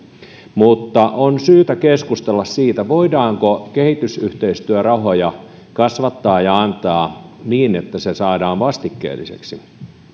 mutta on syytä keskustella siitä voidaanko kehitysyhteistyörahoja kasvattaa ja antaa niin että se saadaan vastikkeelliseksi